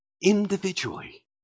individually